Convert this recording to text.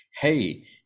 hey